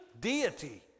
deity